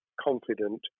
confident